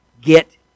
Get